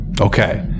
Okay